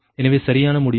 எனவே சரியான முடிவு